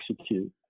execute